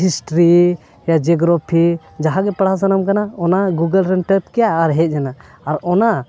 history geography ᱡᱟᱦᱟᱸ ᱜᱮ ᱯᱟᱲᱦᱟᱣ ᱥᱟᱱᱟᱢ ᱠᱟᱱᱟ ᱚᱱᱟ ᱜᱩᱜᱳᱞ ᱨᱮᱢ ᱴᱟᱭᱤᱯ ᱠᱮᱜᱼᱟ ᱟᱨ ᱦᱮᱡ ᱮᱱᱟ ᱟᱨ ᱚᱱᱟ